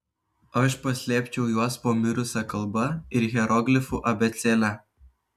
aš paslėpčiau juos po mirusia kalba ir hieroglifų abėcėle